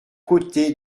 côté